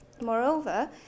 Moreover